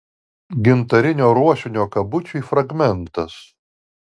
gintarinio ruošinio kabučiui fragmentas